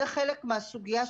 זה חלק מהסוגיה,